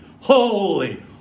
holy